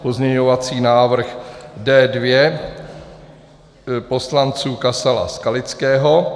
Pozměňovací návrh D2 poslanců Kasala, Skalického.